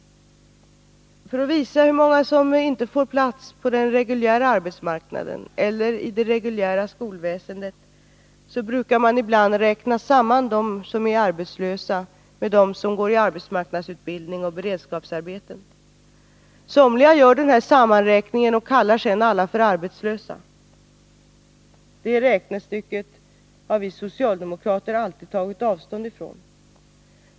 För att visa hur många som inte får plats på den reguljära arbetsmarknaden eller i det reguljära skolväsendet, så brukar man ibland räkna samman dem som är arbetslösa med dem som går i arbetsmarknadsutbildning och beredskapsarbeten. Somliga gör den här sammanräkningen och kallar sedan alla för arbetslösa. Det räknestycket har vi socialdemokrater alltid tagit avstånd från.